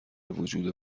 وجود